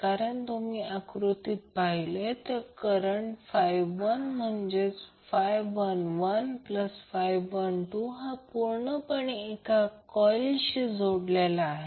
कारण जर तुम्ही आकृती पाहिली तर करंट 1 म्हणजेच 1112 हा पूर्णपणे एका कॉइलशी जोडलेला आहे